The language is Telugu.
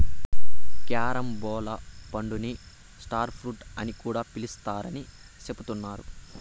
క్యారంబోలా పండుని స్టార్ ఫ్రూట్ అని కూడా పిలుత్తారని చెబుతున్నారు